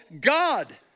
God